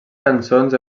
cançons